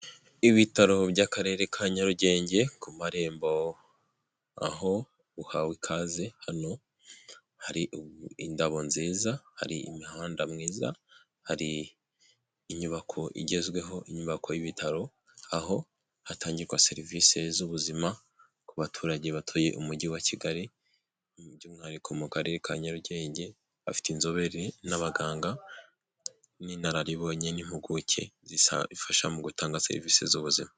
Ibitaro by'akarere ka Nyarugenge ku marembo aho uhawe ikaze, hano hari indabo nziza, hari imihanda myiza, hari inyubako igezweho, inyubako y'ibitaro, aho hatangirwa serivisi z'ubuzima ku baturage batuye umujyi wa Kigali by'umwihariko mu karere ka Nyarugenge, bafite inzobere n'abaganga b'inararibonye n'impuguke zifasha mu gutanga serivisi z'ubuzima.